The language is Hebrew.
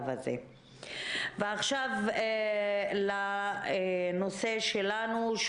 עכשיו לנושא שלנו,